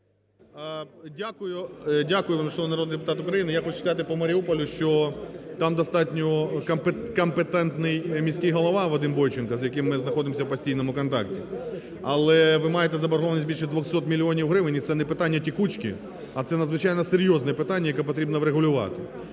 народний депутат України. Я хочу сказати по Маріуполю, що там достатньо компетентний міський голова, Вадим Бойченко, з яким ми знаходимося у постійному контакті, але ви маєте заборгованість більше 200 мільйонів гривень, і це не питання "текучки", а це надзвичайно серйозне питання, яке потрібно врегулювати.